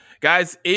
guys